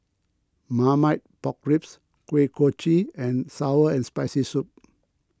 Marmite Pork Ribs Kuih Kochi and Sour and Spicy Soup